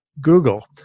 Google